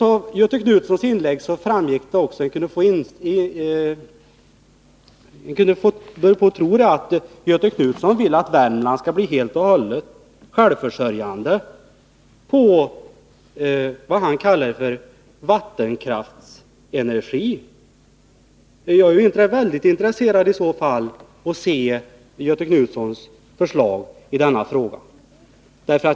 Av Göthe Knutsons inlägg kunde man tro att Göthe Knutson vill att Värmland skall bli helt och hållet självförsörjande på vad han kallar vattenkraftsenergi. Jag är då mycket intresserad av att se Göthe Knutsons förslag i denna fråga.